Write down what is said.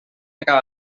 acaba